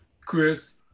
Chris